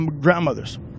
grandmothers